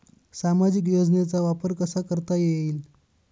सामाजिक योजनेचा वापर कसा करता येईल?